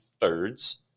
thirds